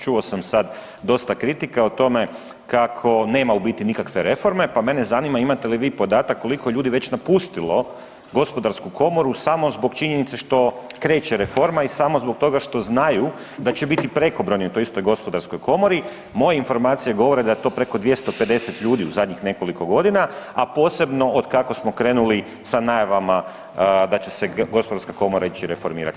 Čuo sam sad dosta kritika o tome kako nema u biti nikakve reforme, pa mene zanima imate li vi podatak koliko ljudi je već napustilo gospodarsku komoru samo zbog činjenice što kreće reforma i samo zbog toga što znaju da će biti prekobrojni u toj istoj gospodarskoj komori, moje informacije govore da je to preko 250 ljudi u zadnjih nekoliko godina, a posebno otkako smo krenuli sa najavama da će se gospodarska komora ići reformirati.